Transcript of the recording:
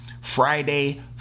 Friday